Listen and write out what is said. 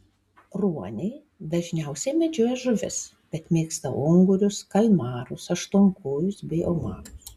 ruoniai dažniausiai medžioja žuvis bet mėgsta ungurius kalmarus aštuonkojus bei omarus